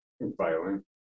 Violin